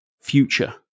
future